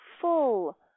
full